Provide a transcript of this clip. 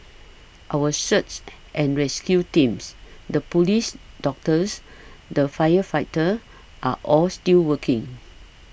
our search and rescue teams the police doctors the firefighters are all still working